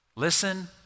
Listen